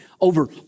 over